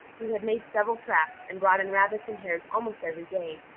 he had made several traps, and brought in rabbits and hares almost every day.